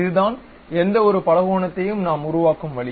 இதுதான் எந்தவொரு பலகோணத்தையும் நாம் உருவாக்கும் வழி